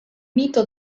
mito